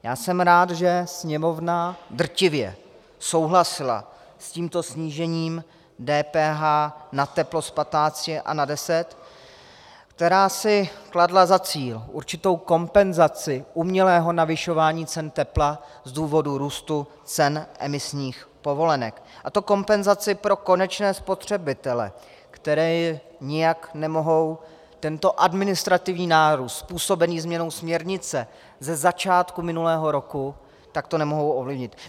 Já jsem rád, že Sněmovna drtivě souhlasila s tímto snížením DPH na teplo z 15 na 10, která (?) si kladla za cíl určitou kompenzaci umělého navyšování cen tepla z důvodu růstu cen emisních povolenek, a to kompenzaci pro konečné spotřebitele, kteří nijak nemohou tento administrativní nárůst způsobený změnou směrnice ze začátku minulého roku, tak to nemohou ovlivnit.